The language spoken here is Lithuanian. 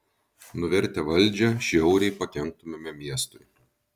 nuvertę valdžią žiauriai pakenktumėme miestui